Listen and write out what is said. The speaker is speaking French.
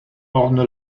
orne